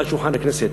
מעל שולחן הכנסת,